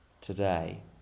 today